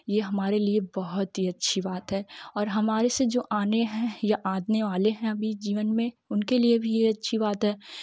यह हमारे लिए बहुत ही अच्छी बात है और हमारे से जो आने है या आने वाले है अभी जीवन में उनके लिए भी यह अच्छी बात है